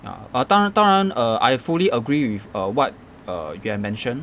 ya but 当然当然 err I fully agree with err what err you have mentioned